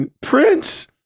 Prince